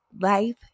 life